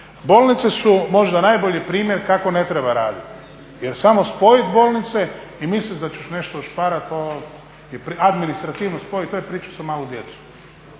Bolnice su možda najbolji primjer kako ne treba raditi jer samo spojit bolnice i mislit da će nešto ušparati, i administrativno spojit to je priča za malu djecu.